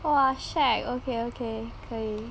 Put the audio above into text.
!wah! shag okay okay 可以